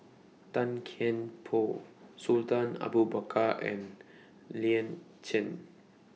Tan Kian Por Sultan Abu Bakar and Lin Chen